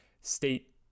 state